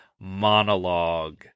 monologue